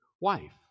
wife